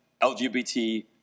LGBT